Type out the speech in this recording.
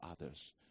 others